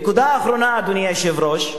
נקודה אחרונה, אדוני היושב-ראש,